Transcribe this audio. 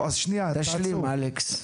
תשלים, אלכס.